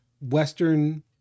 Western